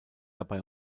dabei